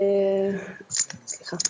אני